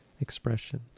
expression